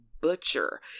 butcher